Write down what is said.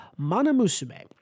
manamusume